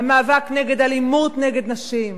המאבק נגד אלימות נגד נשים,